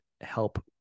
help